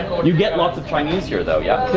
you get lots of chinese here though, yeah?